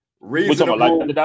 reasonable